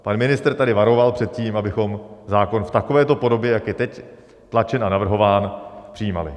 Pan ministr tady varoval před tím, abychom zákon v takovéto podobě, jak je teď tlačen a navrhován, přijímali.